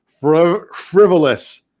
Frivolous